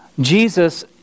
Jesus